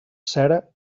cera